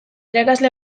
irakasle